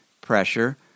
pressure